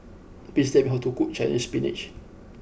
please tell me how to cook Chinese Spinach